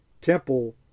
temple